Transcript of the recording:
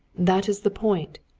that is the point.